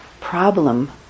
problem